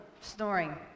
snoring